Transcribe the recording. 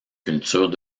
cultures